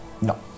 No